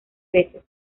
veces